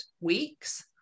weeks